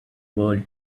world